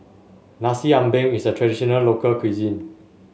Nasi Ambeng is a traditional local cuisine